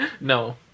No